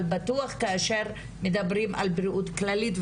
אבל בטוח כאשר מדברים על בריאות כללית,